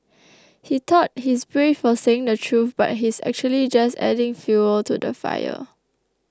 he thought he's brave for saying the truth but he's actually just adding fuel to the fire